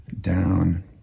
down